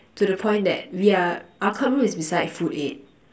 to the point that we are our club room is beside food eight